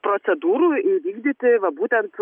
procedūrų įvykdyti va būtent